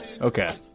Okay